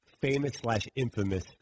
famous-slash-infamous